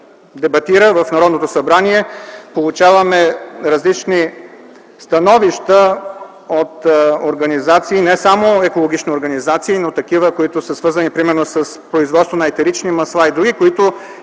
дебатира в Народното събрание, получаваме различни становища от организации и не само екологични, но и такива, които са свързани, примерно, с производство на етерични масла и дори, които